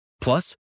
Plus